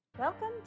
Welcome